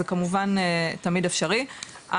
זה כמובן תמיד אפשרי.